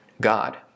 God